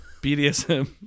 BDSM